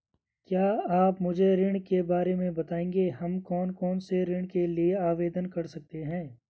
क्या आप मुझे ऋण के बारे में बताएँगे हम कौन कौनसे ऋण के लिए आवेदन कर सकते हैं?